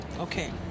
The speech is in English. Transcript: okay